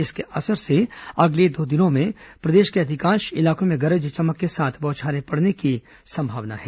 इसके असर से अगले एक दो दिनों में प्रदेश के अधिकांश इलाकों में गरज चमक के साथ बौछारें पड़ने की संभावना है